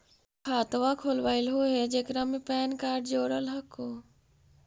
खातवा खोलवैलहो हे जेकरा मे पैन कार्ड जोड़ल हको?